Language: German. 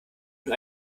nur